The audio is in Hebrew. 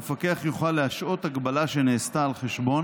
המפקח יוכל להשעות הגבלה שנעשתה על חשבון